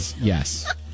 yes